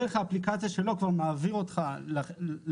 דרך האפליקציה שלו כבר מעביר אותך לבנק